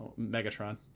Megatron